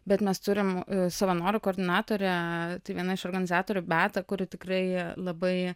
bet mes turim savanorių koordinatorę tai viena iš organizatorių beata kuri tikrai labai